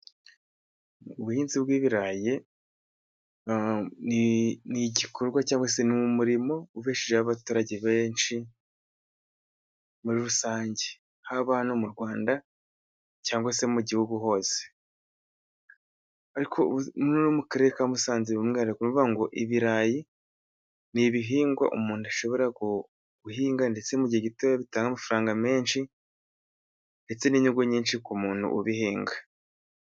Ubuhinzi bw'ibirayi ni ni igikorwa cyangwa se ni umurimo ubeshejeho abaturage benshi muri rusange, haba hano mu Rwanda cyangwa se mu gihugu hose. Ariko Uzi noneho mu Karere ka Musanze ni umwihariko, ni ukuvuga ngo ibirayi ni ibihingwa umuntu ashobora guhinga, ndetse mu gihe gitoya bitanga amafaranga menshi, ndetse n'inyungu nyinshi ku muntu ubihinga.